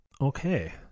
okay